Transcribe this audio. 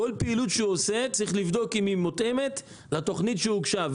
כל פעילות שהוא עושה צריך לבדוק אם היא מותאמת לתוכנית שהוגשה.